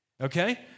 okay